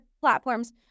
platforms